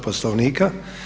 Poslovnika.